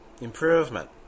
improvement